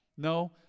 No